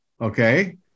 Okay